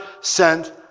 sent